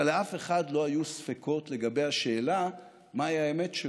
אבל לאף אחד לא היו ספקות לגבי השאלה מהי האמת שלו.